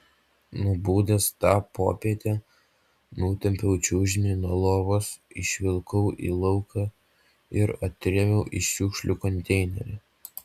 nubudęs tą popietę nutempiau čiužinį nuo lovos išvilkau į lauką ir atrėmiau į šiukšlių konteinerį